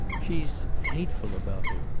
she's hateful about it.